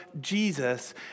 Jesus